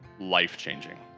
life-changing